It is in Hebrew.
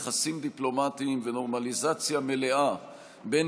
יחסים דיפלומטיים ונורמליזציה מלאה בין